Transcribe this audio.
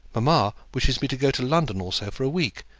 mamma wishes me to go to london also for a week,